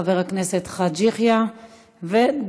חבר הכנסת חאג' יחיא